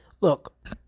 look